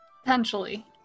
Potentially